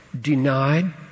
denied